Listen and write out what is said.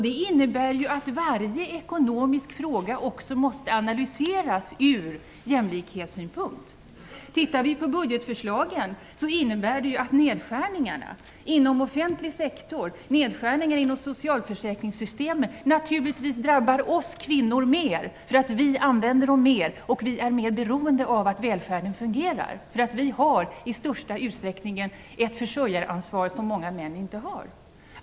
Det innebär att varje ekonomisk fråga måste analyseras också ur jämställdhetssynpunkt. Budgetförslagen innebär att nedskärningarna inom offentlig sektor, t.ex. inom socialförsäkringssystemen, naturligtvis drabbar oss kvinnor mer, eftersom vi använder dessa mer och är mer beroende av att välfärden fungerar. Vi har i stor utsträckning ett försörjaransvar som många män inte har.